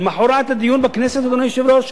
למחרת הדיון בכנסת, אדוני היושב-ראש,